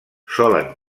solen